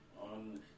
On